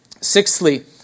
Sixthly